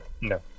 No